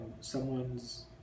someone's